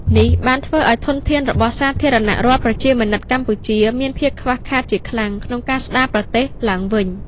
នេះបានធ្វើឱ្យធនធានរបស់សាធារណរដ្ឋប្រជាមានិតកម្ពុជា មានភាពខ្វះខាតជាខ្លាំងក្នុងការស្ដារប្រទេសឡើងវិញ។